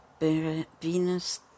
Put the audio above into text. Venus